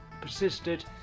persisted